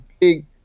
big